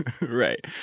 right